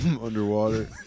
Underwater